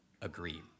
agree